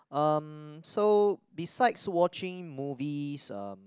um so besides watching movies um